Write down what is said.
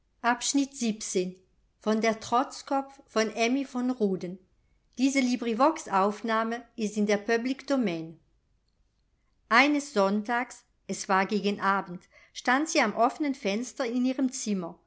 zu gewinnen eines sonntags es war gegen abend stand sie am offnen fenster in ihrem zimmer